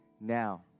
now